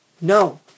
No